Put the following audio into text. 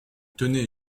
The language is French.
tenez